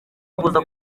kuza